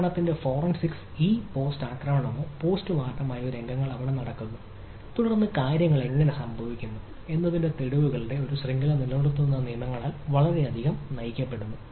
ആക്രമണത്തിന്റെ ഫോറൻസിക്സ് രംഗങ്ങൾ അവിടെ നടക്കുന്നു തുടർന്ന് കാര്യങ്ങൾ എങ്ങനെ സംഭവിക്കുന്നു എന്നതിന്റെ തെളിവുകളുടെ ഒരു ശൃംഖല നിലനിർത്തുന്നുവെന്ന നിയമങ്ങളാൽ വളരെയധികം നയിക്കപ്പെടുന്നു